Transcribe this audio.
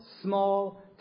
small